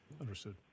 understood